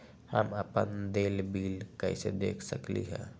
हम अपन देल बिल कैसे देख सकली ह?